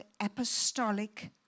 apostolic